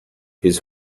his